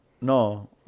No